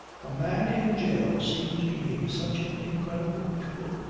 a man in jail seems to me such an incredible, cruel,